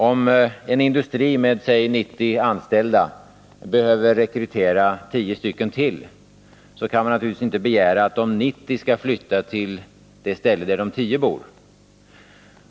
Om en industri med låt oss säga 90 anställda behöver rekrytera 10 till kan man naturligtvis inte begära att de 90 skall flytta till det ställe där de 10 bor.